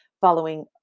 following